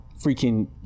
freaking